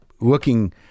looking